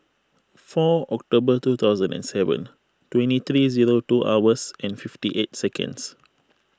four October two thousand and seven twenty three zero two hours and fifty eight seconds